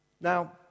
Now